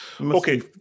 Okay